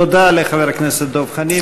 תודה לחבר הכנסת דב חנין.